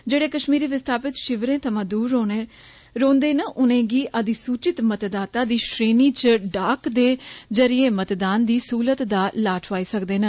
जेडे कष्मीरी विस्थापित षिवरें थमां दूर रौहन्दे ने उनेंगी अधिसूचित मतदाता श्री श्रेणी च डाक दे ज़रीए मतदान दी सहूलत दा ला दुआई सकदे न